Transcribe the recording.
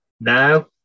Now